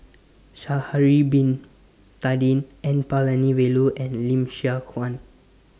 Sha'Ari Bin Tadin N Palanivelu and Lim Siong Guan